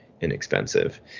inexpensive